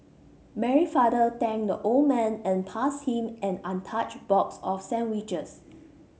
Mary's father thanked the old man and passed him an untouched box of sandwiches